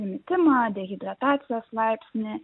mitimą dehidratacijos laipsnį